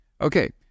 Okay